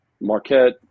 Marquette